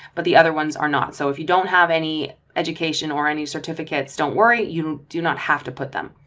but the other ones are not. so if you don't have any education or any certificates, don't worry, you do not have to put them